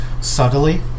subtly